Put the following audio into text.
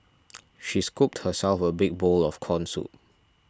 she scooped herself a big bowl of Corn Soup